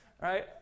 Right